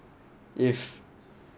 if